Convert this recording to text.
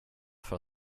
för